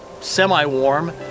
semi-warm